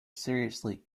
seriously